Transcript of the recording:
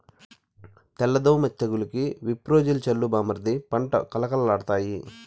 తెల్ల దోమ తెగులుకి విప్రోజిన్ చల్లు బామ్మర్ది పంట కళకళలాడతాయి